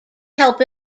help